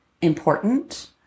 important